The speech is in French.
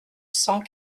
cent